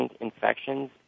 infections